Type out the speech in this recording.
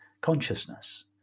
consciousness